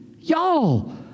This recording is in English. y'all